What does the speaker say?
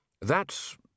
that's